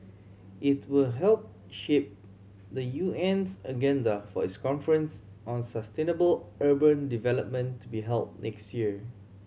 it will help shape the U N's agenda for its conference on sustainable urban development to be held next year